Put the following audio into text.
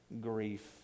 grief